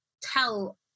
tell